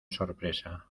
sorpresa